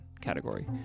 category